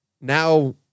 now